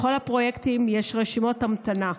בכל הפרויקטים יש רשימות המתנה.